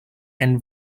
and